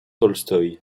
tolstoï